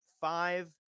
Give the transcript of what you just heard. five